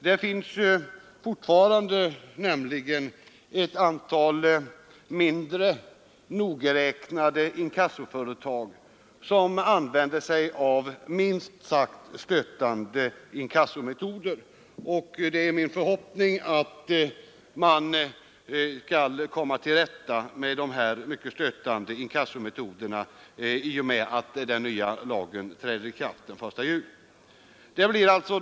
Det finns nämligen fortfarande ett antal mindre nogräknade inkassoföretag som använder minst sagt stötande inkassometoder. Min förhoppning är att man skall komma till rätta med dessa mycket stötande inkassometoder i och med att den nya lagen träder i kraft.